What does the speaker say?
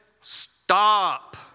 Stop